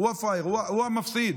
הוא הפראייר, הוא המפסיד.